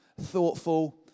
thoughtful